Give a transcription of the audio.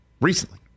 recently